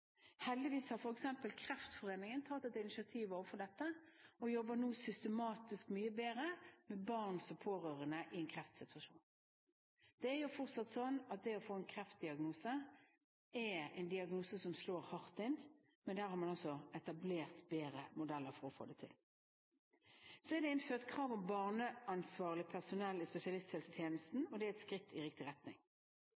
Heldigvis har f.eks. Kreftforeningen tatt et initiativ overfor dette og jobber nå systematisk mye bedre med barn som pårørende i en kreftsituasjon. Det er fortsatt sånn at det å få en kreftdiagnose er en diagnose som slår hardt inn. Her har man altså etablert bedre modeller. Så er det innført krav om barneansvarlig personell i spesialisthelsetjenesten,